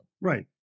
Right